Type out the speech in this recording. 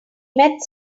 met